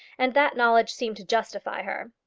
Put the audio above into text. and that knowledge seemed to justify her.